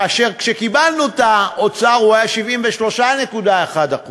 כשקיבלנו את האוצר הוא היה 73.1%